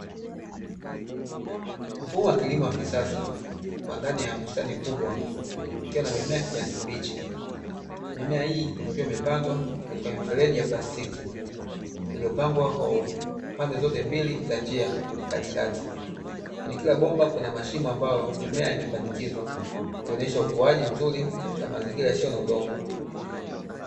Mfumo wa kilimo wa kisasa wa ndani ya bustani kubwa ukiwa na mimea kijani kibichi, mimea hii ikiwa imepandwa katika mifereji ya plastiki iliyopangwa pande zote mbili za njia katikati yaani kila bomba kuna mashimo ambayo mimea imepandikizwa ikionesha ukuaji mzuri katika mazingira yasiyo na udongo.